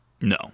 No